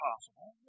Possible